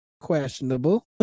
Questionable